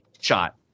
shot